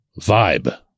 vibe